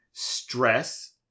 stress